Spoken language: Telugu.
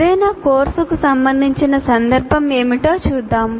ఏదైనా కోర్సుకు సంబంధించిన సందర్భం ఏమిటో చూద్దాం